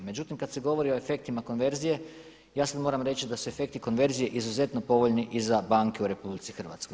Međutim, kad se govori o efektima konverzije ja sad moram reći da su efekti konverzije izuzetno povoljni i za banke u RH.